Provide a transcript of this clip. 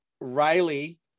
Riley